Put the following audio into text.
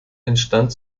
entstand